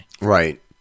Right